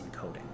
encoding